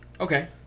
Okay